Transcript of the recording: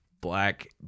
black